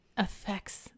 affects